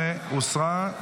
15 הוסרה.